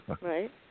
Right